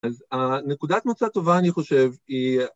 אז נקודת מוצא טובה, אני חושב, היא...